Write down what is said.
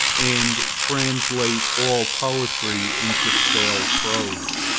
and translate all poetry into stale prose.